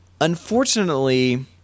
Unfortunately